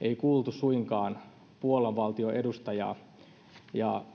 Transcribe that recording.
ei kuultu suinkaan puolan valtion edustajaa ja